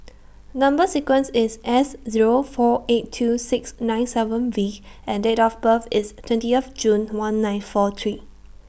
Number sequence IS S Zero four eight two six nine seven V and Date of birth IS twenty of June one nine four three